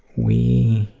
we. you